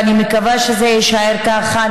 ואני מקווה שזה יישאר ככה,